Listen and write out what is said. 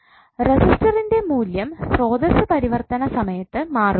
റെസിസ്റ്റർൻറെ മൂല്യം സ്രോതസ്സ് പരിവർത്തന സമയത്ത് മാറുകയില്ല